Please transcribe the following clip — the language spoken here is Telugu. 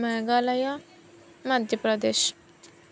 మేఘాలయ మధ్యప్రదేశ్